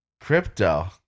crypto